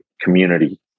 community